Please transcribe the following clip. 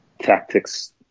tactics